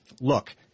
look